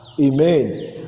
Amen